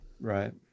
Right